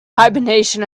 hibernation